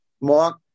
Mark